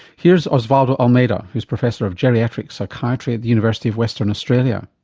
here's osvaldo almeida who's professor of geriatric psychiatry at the university of western australia.